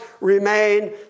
remain